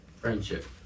Friendship